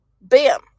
Bam